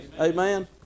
Amen